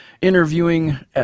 interviewing